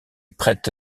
prête